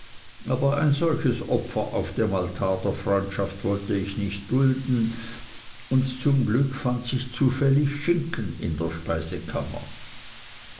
aber ein solches opfer auf dem altar der freundschaft wollte ich nicht dulden und zum glück fand sich zufällig schinken in der speisekammer